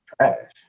trash